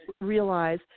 realize